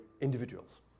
individuals